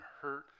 hurt